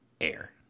air